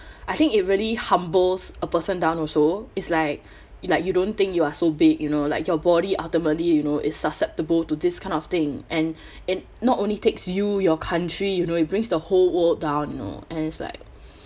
I think it really humbles a person down also it's like you like you don't think you are so big you know like your body ultimately you know is susceptible to this kind of thing and and not only takes you your country you know it brings the whole world down you know and it's like